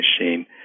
machine